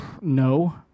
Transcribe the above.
No